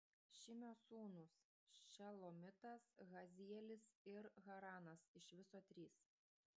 šimio sūnūs šelomitas hazielis ir haranas iš viso trys